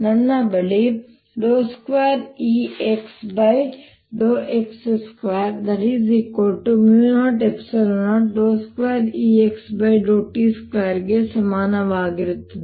ನನ್ನ ಬಳಿ 2Exx2002Ext2 ಗೆ ಸಮಾನವಾಗಿರುತ್ತದೆ